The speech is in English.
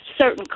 certain